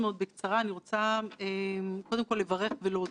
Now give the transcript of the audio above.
בתחושה שלנו,